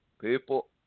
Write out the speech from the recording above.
People